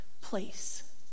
place